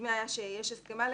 שנדמה היה שיש הסכמה לגביה,